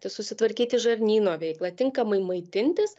susitvarkyti žarnyno veiklą tinkamai maitintis